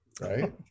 right